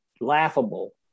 laughable